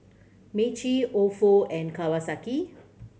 Meiji Ofo and Kawasaki